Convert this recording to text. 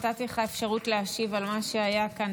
נתתי לך אפשרות להשיב על מה שהיה כאן.